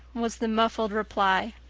was the muffled reply.